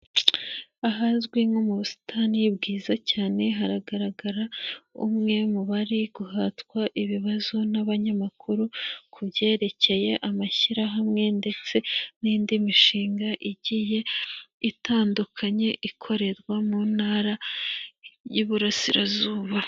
Ahazwi nko mu busitani bwiza cyane, haragaragara umwe mu bari guhatwa ibibazo n'abanyamakuru, ku byerekeye amashyirahamwe ndetse n'indi mishinga igiye itandukanye ikorerwa mu Ntara y'Iburasirazuba.